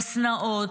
בשנאות,